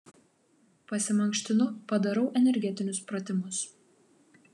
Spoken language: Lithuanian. pasimankštinu padarau energetinius pratimus